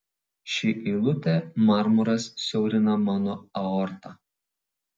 ši eilutė marmuras siaurina mano aortą